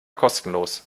kostenlos